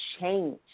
change